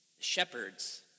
shepherds